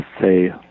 say